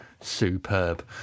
superb